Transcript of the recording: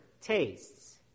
tastes